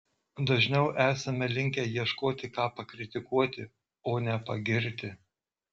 dažniau esame linkę ieškoti ką pakritikuoti o ne pagirti